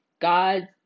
God